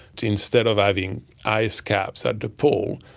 instead of having icecaps at the pole,